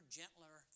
gentler